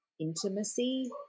intimacy